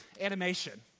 animation